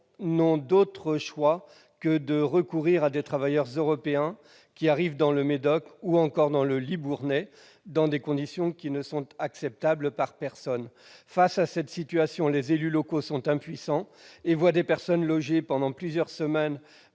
n'ont d'autre choix que de recourir à des travailleurs européens, qui arrivent dans le Médoc, ou encore dans le Libournais, dans des conditions qui ne sont acceptables par personne. Face à cette situation, les élus locaux sont impuissants et voient des personnes loger pendant plusieurs semaines